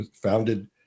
founded